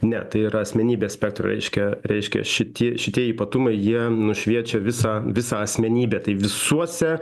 ne tai yra asmenybės spektro reiškia reiškia šiti šitie ypatumai jie nušviečia visą visą asmenybę tai visuose